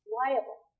liable